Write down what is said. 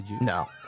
No